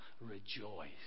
rejoice